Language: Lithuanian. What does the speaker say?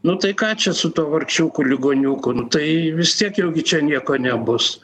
nu tai ką čia su tuo vargšiuku ligoniuku nu tai vis tiek jau gi čia nieko nebus